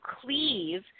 cleave